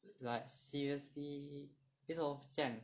like seriously 为什么不见